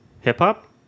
hip-hop